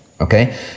okay